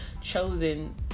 chosen